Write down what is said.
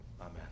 Amen